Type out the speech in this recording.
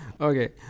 Okay